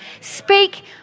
Speak